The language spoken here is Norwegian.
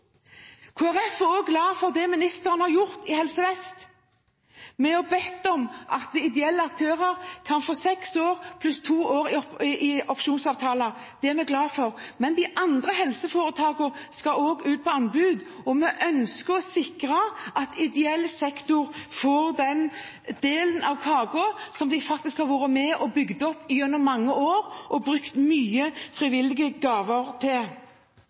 er også glad for det ministeren har gjort i Helse Vest. Vi har bedt om at ideelle aktører kan få seks år pluss to år i opsjonsavtaler. Det er vi glad for. Men de andre helseforetakene skal også ut på anbud, og vi ønsker å sikre at ideell sektor får den delen av kaken som de gjennom mange år har vært med og bygd opp og brukt mye av de frivillige gavene til.